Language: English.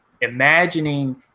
imagining